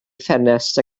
ffenest